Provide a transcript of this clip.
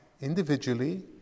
individually